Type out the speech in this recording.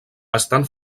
estan